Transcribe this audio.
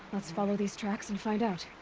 let's follow these tracks and find out.